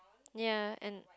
ya and